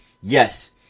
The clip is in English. Yes